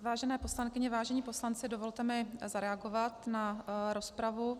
Vážené poslankyně, vážení poslanci, dovolte mi zareagovat na rozpravu.